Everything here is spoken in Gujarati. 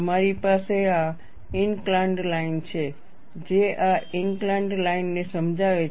તમારી પાસે આ ઈનકલાન્ડ લાઇન છે જે આ ઈનકલાન્ડ લાઇન ને સમજાવે છે